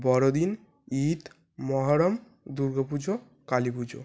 বড়দিন ঈদ মহরম দুর্গ পুজো কালী পুজো